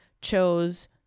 chose